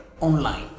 online